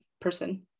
person